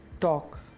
talk